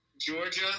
Georgia